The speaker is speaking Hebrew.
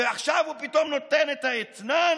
ועכשיו הוא פתאום נותן את האתנן?